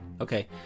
Okay